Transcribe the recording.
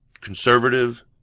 conservative